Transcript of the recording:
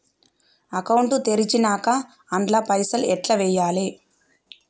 Account తెరిచినాక అండ్ల పైసల్ ఎట్ల వేయాలే?